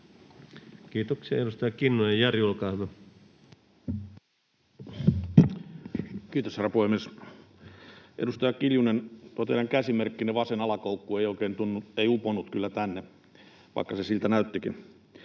Kiitoksia. — Edustaja Kinnunen, Jari, olkaa hyvä. Kiitos, herra puhemies! Edustaja Kiljunen, totean, että käsimerkkinne, vasen alakoukku, ei oikein tunnu uponneen kyllä tänne, vaikka se siltä näyttikin.